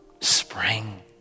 Spring